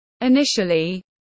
Initially